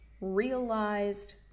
realized